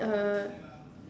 uh